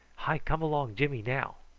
hi come along jimmy now.